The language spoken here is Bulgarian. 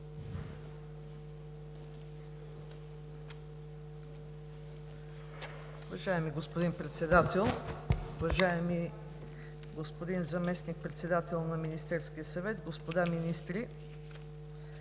Уважаеми господин Председател, уважаеми господин Заместник-председател на Министерския съвет, господа министри!